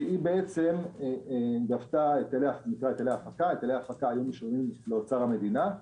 שהיא גבתה היטלי הפקה, שהיו משולמים מאוצר המדינה,